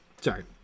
sorry